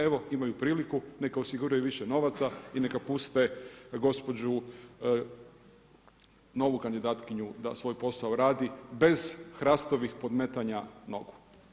Evo, imaju priliku neka osiguraju više novaca i neka puste gospođu novu kandidatkinju da svoj posao radi bez HRAST-ovih podmetanja nogu.